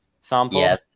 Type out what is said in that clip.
sample